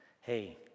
hey